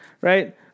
right